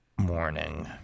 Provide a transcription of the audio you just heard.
Morning